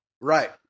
Right